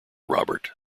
robert